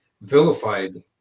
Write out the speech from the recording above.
vilified